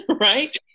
right